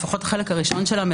לפחות בחלק הראשון שלה,